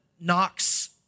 knocks